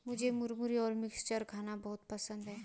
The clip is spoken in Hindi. मुझे मुरमुरे और मिक्सचर खाना बहुत पसंद है